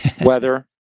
weather